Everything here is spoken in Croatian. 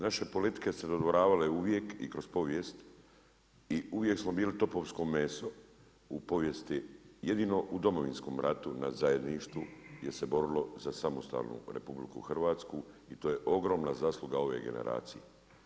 Naše politike se dodvoravale uvijek i kroz povijest i uvijek smo bili topovsko meso, u povijesti, jedino u Domovinskom ratu na zajedništvu gdje se borilo za samostalnu RH, i to je ogromna zasluga ove generacije.